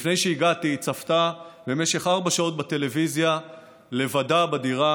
לפני שהגעתי היא צפתה במשך ארבע שעות בטלוויזיה לבדה בדירה